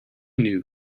knew